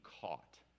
caught